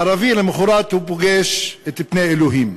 הערבי למחרת פוגש את פני אלוהים.